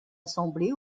assemblé